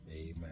amen